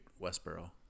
Westboro